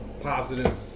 positive